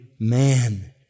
man